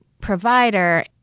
provider